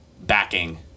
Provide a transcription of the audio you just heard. backing